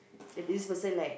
that this person like